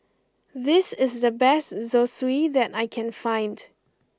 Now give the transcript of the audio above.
this is the best Zosui that I can find